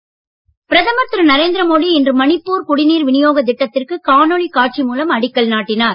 மோடி மணிப்பூர் பிரதமர் திரு நரேந்திர மோடி இன்று மணிப்பூர் குடிநீர் விநியோக திட்டத்திற்கு காணொளி காட்சி மூலம் அடிக்கல் நாட்டினார்